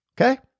okay